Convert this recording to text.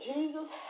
Jesus